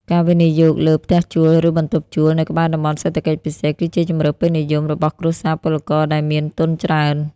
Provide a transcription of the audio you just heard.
ការវិនិយោគលើ "ផ្ទះជួល" ឬ "បន្ទប់ជួល" នៅក្បែរតំបន់សេដ្ឋកិច្ចពិសេស គឺជាជម្រើសពេញនិយមរបស់គ្រួសារពលករដែលមានទុនច្រើន។